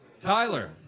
Tyler